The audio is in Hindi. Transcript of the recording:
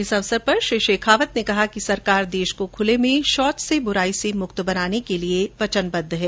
इस अवसर पर श्री शेखावत ने कहा कि सरकार देश को खुले में शौच की ब्राई से मुक्त बनाये रखने को वचनबद्व है